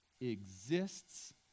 exists